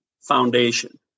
foundation